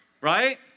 Right